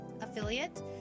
affiliate